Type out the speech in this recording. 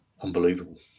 unbelievable